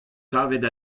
kavet